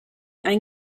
ein